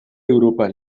europa